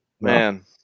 man